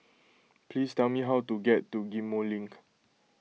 please tell me how to get to Ghim Moh Link